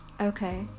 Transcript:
Okay